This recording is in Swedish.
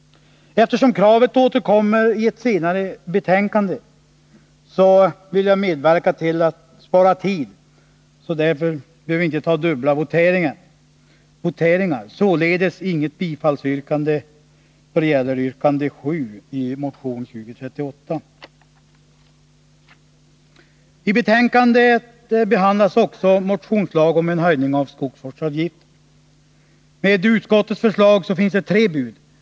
Eftersom kravet återkommer i ett senare betänkande vill vi medverka till att spara tid, och därför tar vi inte dubbla voteringar. Jag har således inget yrkande om bifall till yrkande 7 i motion 2038. I betänkandet behandlas också motionsförslag om en höjning av skogsvårdsavgiften. Med utskottets förslag finns det tre bud.